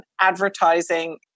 advertising